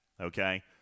Okay